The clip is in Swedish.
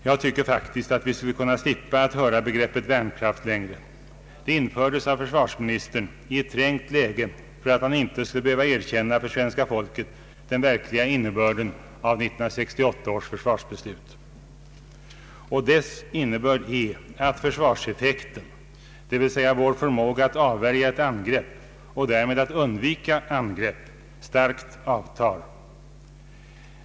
Jag tycker faktiskt att vi skulle kunna slippa höra begreppet värnkraft längre. Det infördes av försvarsministern i ett trängt läge för att han inte skulle behöva erkänna för svenska folket den verkliga innebörden av 1968 års försvarsbe slut. Det beslutets innebörd är att försvarseffekten, d. v. s. vår förmåga att avvärja ett angrepp och därmed att undvika angrepp, starkt avtar.